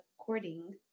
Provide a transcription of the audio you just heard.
according